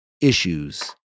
issues